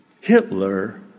Hitler